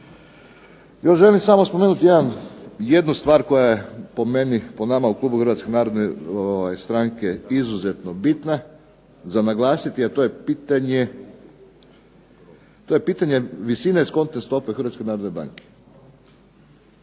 Ja želim samo spomenuti samo jednu stvar koja je po meni, po nama u klubu Hrvatske narodne stranke izuzetno bitna za naglasiti, a to je pitanje visine …/Govornik se ne razumije./… Hrvatske narodne banke.